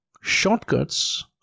shortcuts